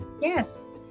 yes